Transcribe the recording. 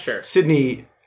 Sydney